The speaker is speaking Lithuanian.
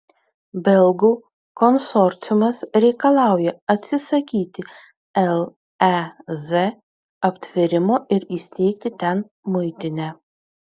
belgų konsorciumas reikalauja atsisakyti lez aptvėrimo ir įsteigti ten muitinę